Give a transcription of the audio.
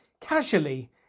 casually